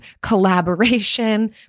collaboration